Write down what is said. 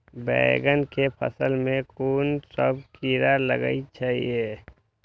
बैंगन के फल में कुन सब कीरा लगै छै यो?